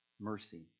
mercy